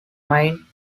vine